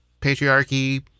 patriarchy